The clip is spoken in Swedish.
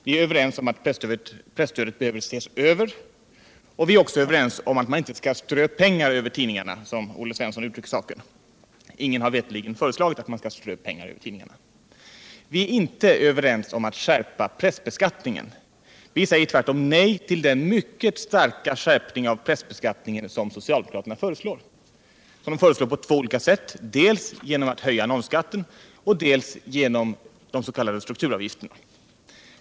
Vi är överens om att presstödet behöver ses över. Vi är också överens om att man inte skall strö pengar över tidningarna, som Olle Svensson uttrycker saken. Ingen har veterligen föreslagit att man skall strö pengar över tidningarna. Vi är inte överens om att skärpa pressbeskattningen. Majoriteten säger tvärtom nej till den mycket starka skärpning av pressbeskattningen som socialdemokraterna föreslår. De föreslår höjningar på två olika sätt: dels genom höjning av annonsskatten, dels genom de s.k. strukturavgifterna.